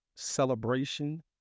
celebration